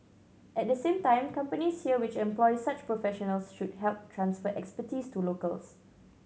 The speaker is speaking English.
at the same time companies here which employ such professionals should help transfer expertise to locals